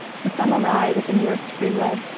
to thumb a ride at the nearest freeway,